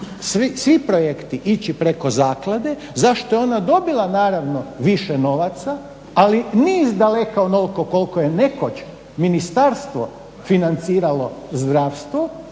svi projekti ići preko zaklade za što je ona dobila naravno više novaca, ali ni iz daleka onoliko koliko je nekoć ministarstvo financiralo znanost,